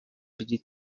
wiedzieć